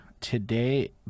today